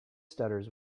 stutters